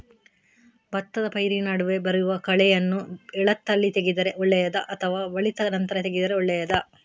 ಭತ್ತದ ಪೈರಿನ ನಡುವೆ ಬರುವ ಕಳೆಯನ್ನು ಎಳತ್ತಲ್ಲಿ ತೆಗೆದರೆ ಒಳ್ಳೆಯದಾ ಅಥವಾ ಬಲಿತ ನಂತರ ತೆಗೆದರೆ ಒಳ್ಳೆಯದಾ?